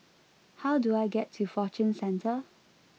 how do I get to Fortune Centre